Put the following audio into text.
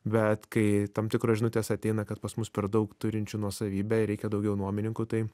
bet kai tam tikros žinutės ateina kad pas mus per daug turinčių nuosavybę ir reikia daugiau nuomininkų tai